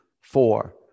four